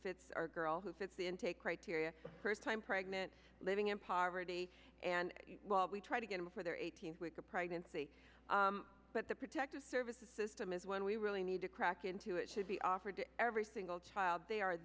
fits our girl who fits into a criteria first time pregnant living in poverty and while we try to get them for their eighteenth week a pregnancy but the protective services system is when we really need to crack into it should be offered to every single child they are